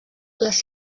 les